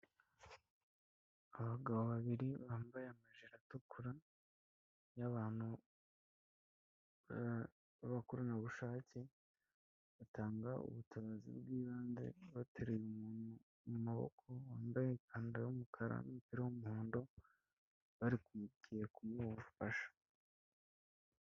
Abagabo babiri bambaye amajiji atukura y'abantu b'abakorerabushake batanga ubutabazi bwibanze, bateruye umuntu mu maboko wambaye ipantaro y'umukara umupira w'umuhondo bari bagiye kumuha ubufasha.